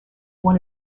one